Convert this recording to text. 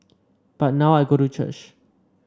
but now I go to church